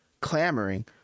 clamoring